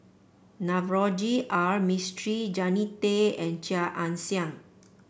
Navroji R Mistri Jannie Tay and Chia Ann Siang